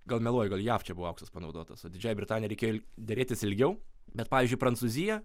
gal meluoju gal jav čia buvo auksas panaudotas o didžiąja britanija reikėjo derėtis ilgiau bet pavyzdžiui prancūzija